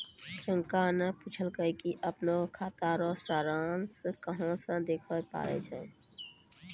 प्रियंका ने पूछलकै कि अपनो खाता रो सारांश कहां से देखै पारै छै